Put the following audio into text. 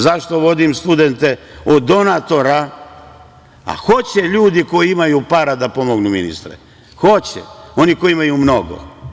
Zašto vodim studente, od donatora, a hoće ljudi koji imaju para da pomognu ministre, hoće, oni koji imaju mnogo.